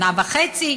שנה וחצי,